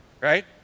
right